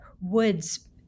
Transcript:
woods